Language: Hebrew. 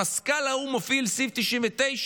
שמזכ"ל מפעיל האו"ם מפעיל סעיף 99,